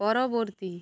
পরবর্তী